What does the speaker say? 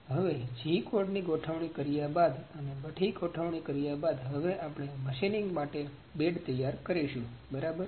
હવે g code ની ગોઠવણ કર્યા બાદ અને બધી ગોઠવણ કર્યા બાદ હવે આપણે મશીનીંગ માટે બેડ તૈયાર કરીશું બરાબર